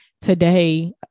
Today